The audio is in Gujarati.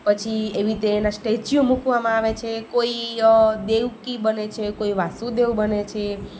પછી એવી રીતે એનાં સ્ટેચ્યુ મૂકવામાં આવે છે કોઈ દેવકી બને છે કોઈ વાસુદેવ બને છે